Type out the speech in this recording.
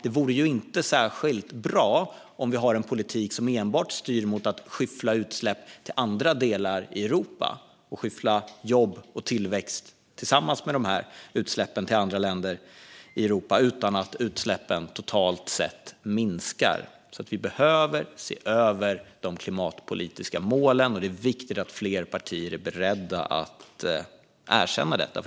Det vore inte särskilt bra om vi har en politik som enbart styr mot att skyffla utsläpp till andra delar i Europa och att skyffla jobb och tillväxt tillsammans med utsläppen till andra länder i Europa utan att utsläppen totalt sett minskar. Vi behöver se över de klimatpolitiska målen. Det är viktigt att fler partier är beredda att erkänna detta.